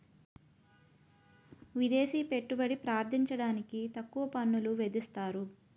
విదేశీ పెట్టుబడి ప్రార్థించడానికి తక్కువ పన్నులు విధిస్తారు